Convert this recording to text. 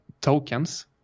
tokens